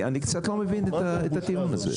אני קצת לא מבין את הטיעון הזה.